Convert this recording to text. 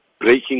breaking